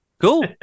Cool